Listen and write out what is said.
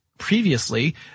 Previously